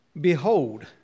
Behold